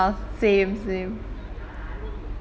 ya ya ya same same